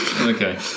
Okay